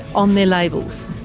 on their labels.